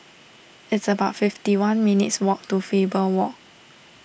it's about fifty one minutes walk to Faber Walk